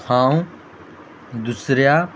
हांव दुसऱ्या